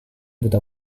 buta